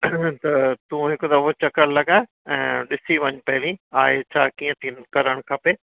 त तूं हिक दफ़ो चक्कर लॻाए ऐं ॾिसी वञु पहिरीं आहे छा कीअं थी करणु खपे